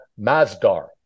Mazdar